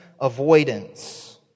avoidance